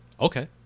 okay